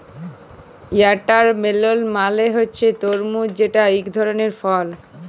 watermelon মালে হছে তরমুজ যেট ইক ধরলের ফল